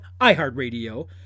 iHeartRadio